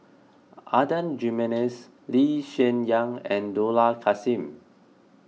Adan Jimenez Lee Hsien Yang and Dollah Kassim